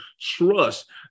trust